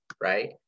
right